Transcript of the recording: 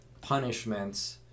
punishments